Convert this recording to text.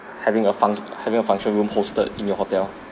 having a func~ having a function room hosted in your hotel